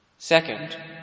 Second